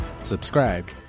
Subscribe